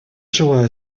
желаю